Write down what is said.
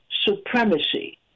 supremacy